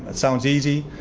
and sounds easy.